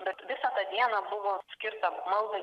bet visa ta diena buvo skirta maldai